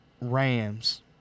Rams